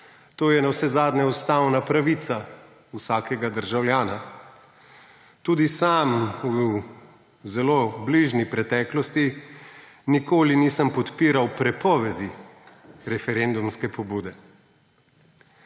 To je navsezadnje ustavna pravica vsakega državljana. Tudi sam v zelo bližnji preteklosti nikoli nisem podpiral prepovedi referendumske pobude.